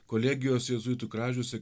kolegijos jėzuitų kražiuose